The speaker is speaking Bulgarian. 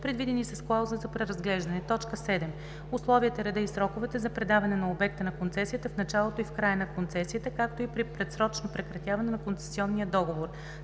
предвидени с клауза за преразглеждане; 7. условията, реда и сроковете за предаване на обекта на концесията в началото и в края на концесията, както и при предсрочно прекратяване на концесионния договор;